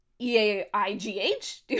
E-A-I-G-H